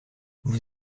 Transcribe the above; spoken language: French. vous